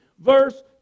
verse